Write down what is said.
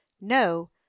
no